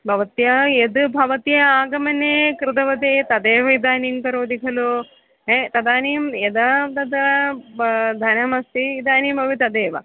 भवत्याः यद् भवत्याः आगमने कृतवती तदेव इदानीं करोति खलु तदानीं यदा तदा ब धनमस्ति इदानीमपि तदेव